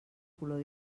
color